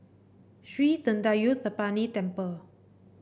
Sri Thendayuthapani Temple